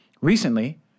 recently